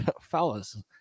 fellas